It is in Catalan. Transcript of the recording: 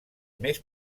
més